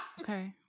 Okay